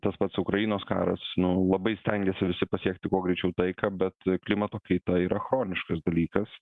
tas pats ukrainos karas nu labai stengiasi visi pasiekti kuo greičiau taiką bet klimato kaita yra chroniškas dalykas